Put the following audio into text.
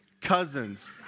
Cousins